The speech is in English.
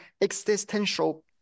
existential